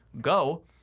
go